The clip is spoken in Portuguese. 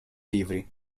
livre